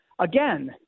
Again